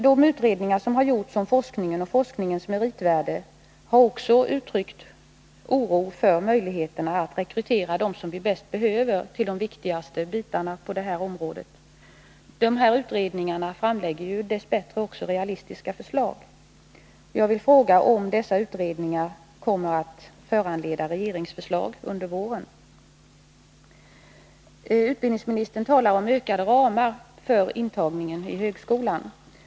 De utredningar som har gjorts om forskningen och forskningens meritvärde har också uttryckt oro för möjligheterna att rekrytera dem som vi bäst behöver till de viktigaste bitarna på det här området. Utredningarna framlägger dess bättre också realistiska förslag. Jag vill fråga om dessa utredningar kommer att föranleda regeringsförslag under våren. Utbildningsministern talar om ökade ramar för intagningen i högskolan.